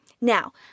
Now